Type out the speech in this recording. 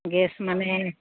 gas মানে